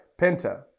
Penta